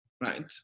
right